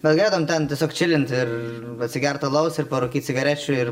bet galėjom ten tiesiog čilint ir atsigert alaus ir parūkyt cigarečių ir